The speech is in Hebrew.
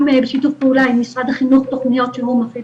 על סדר היום: המגיפה